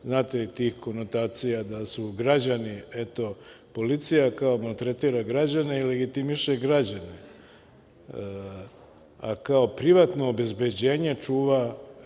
je i tih konotacija da su građani, eto, policija kao maltretira građane, legitimiše građane, a kao privatno obezbeđenje čuva…Kakvo